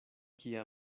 kia